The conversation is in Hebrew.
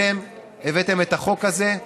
אתם הבאת את החוק הזה.